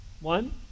One